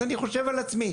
אז אני חושב על עצמי,